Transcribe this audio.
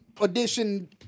edition